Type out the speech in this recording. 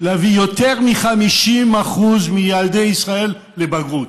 להביא יותר מ-50% מילדי ישראל לבגרות?